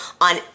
on